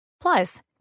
Plus